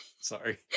sorry